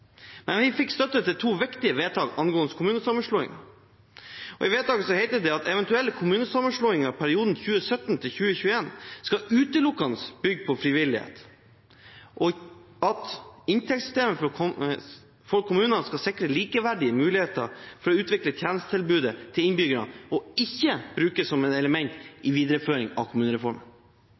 Men vi fikk støtte til to viktige vedtak angående kommunesammenslåinger. I vedtakene heter det at eventuelle «kommunesammenslåinger i perioden 2017–2021 skal utelukkende bygge på frivillighet», og at «inntektssystemet for kommunene skal sikre likeverdige muligheter til å utvikle velferdstjenester til innbyggerne og ikke brukes som element i videreføring av kommunereformen».